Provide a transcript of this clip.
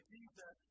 Jesus